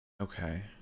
Okay